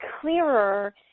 clearer